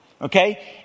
Okay